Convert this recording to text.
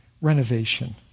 renovation